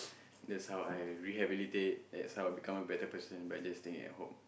that's how I rehabilitate that's how I become a better person by just staying at home